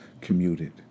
commuted